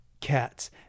cats